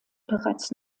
bereits